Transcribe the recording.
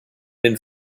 den